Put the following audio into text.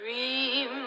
dream